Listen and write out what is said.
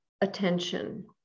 attention